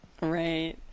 right